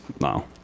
no